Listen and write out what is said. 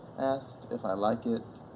asked if i like it,